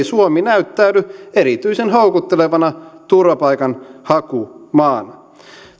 suomi näyttäydy erityisen houkuttelevana turvapaikanhakumaana